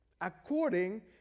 According